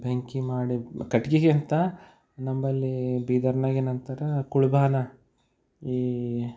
ಬೆಂಕಿ ಮಾಡಿ ಕಟ್ಗೆಗಿಂತ ನಂಬಳಿ ಬೀದರ್ನಾಗ ಏನಂತಾರ ಕುಳ್ಭಾನ ಈ